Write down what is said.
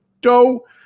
DOE